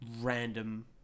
random